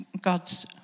God's